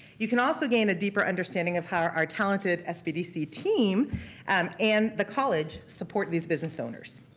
you can also gain a deeper understanding of how our talented sbdc team and and the college support these business owners.